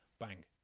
Bang